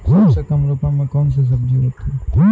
सबसे कम रुपये में कौन सी सब्जी होती है?